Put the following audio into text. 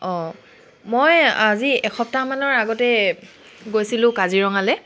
অঁ মই আজি এসপ্তাহমানৰ আগতে গৈছিলোঁ কাজিৰঙালৈ